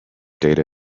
data